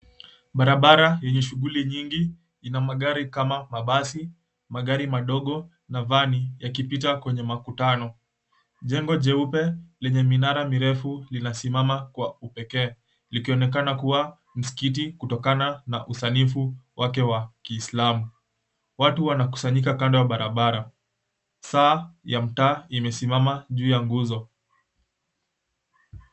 Barabara yenye shughuli nyingi ina magari kama mabasi, magari madogo, na vani yakipita kwenye makutano. Jengo jeupe lenye minazi mirefu linasimama kwa upekee likionekana kuwa msikiti kutokana na usanifu wake wa Kiislamu. Watu wanakusanyika kando ya barabara. Saa ya mtaa imesimama juu ya nguzo.